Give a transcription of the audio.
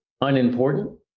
unimportant